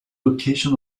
location